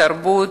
תרבות,